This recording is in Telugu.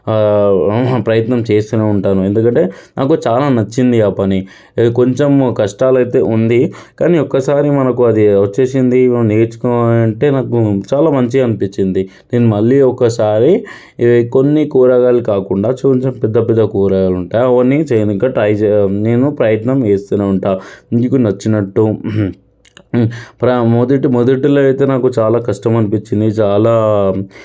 ప్రయత్నం చేస్తూనే ఉంటాను ఎందుకంటే నాకు చాలా నచ్చింది ఆ పని నేను కొంచెం కష్టాలయితే ఉంది కానీ ఒక్కసారి మనకు అది వచ్చేసింది నేర్చుకోవాలంటే నాకు చాలా మంచిగా అనిపించింది నేను మళ్ళీ ఒకసారి ఇవి కొన్ని కూరగాయలు కాకుండా కొంచెం కొంచెం పెద్ద పెద్ద కూరగాయలు ఉంటాయి అవన్నీ చెయ్యనీకి ట్రై చెయ్య నేను ప్రయత్నం చేస్తూనే ఉంటాను మీకు నచ్చినట్టు ప్ర మొదటి మొదటిలో అయితే నాకు చాలా కష్టం అనిపించింది చాలా